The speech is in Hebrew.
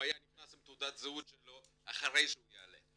היה נכנס עם תעודת זהות שלו אחרי שהוא יעלה,